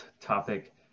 topic